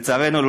לצערנו,